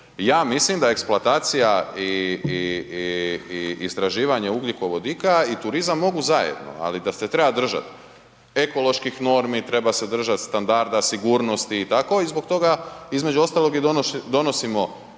Ja mislim da eksploatacija i istraživanje ugljikovodika i turizam mogu zajedno, ali da se treba držati ekoloških normi, treba se držati standarda, sigurnosti i tako i zbog toga između ostaloga i donosimo